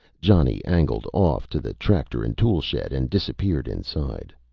johnny angled off to the tractor and tool shed and disappeared inside.